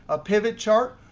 a pivot chart.